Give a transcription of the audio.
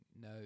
no